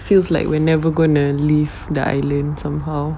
feels like we're never gonna leave the island somehow